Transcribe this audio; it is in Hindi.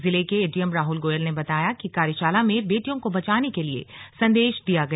जिले के एडीएम राहल गोयल ने बताया कि कार्यशाला में बेटियों को बचाने के लिए संदेश दिया गया